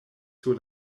sur